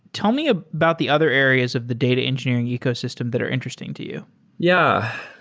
tell me ah about the other areas of the data engineering ecosystem that are interesting to you yeah.